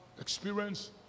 experience